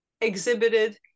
exhibited